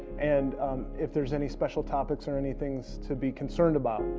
and if there's any special topics or anything to be concerned about.